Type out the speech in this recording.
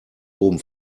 oben